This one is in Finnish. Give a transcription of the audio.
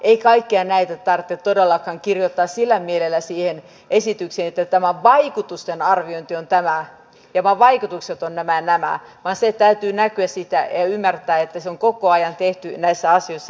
ei kaikkia näitä tarvitse todellakaan kirjoittaa sillä mielellä siihen esitykseen että tämä vaikutusten arviointi on tämä ja vaikutukset ovat nämä ja nämä vaan sen täytyy näkyä siitä ja ymmärtää että se on koko ajan tehty näissä asioissa